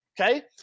okay